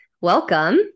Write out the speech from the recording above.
Welcome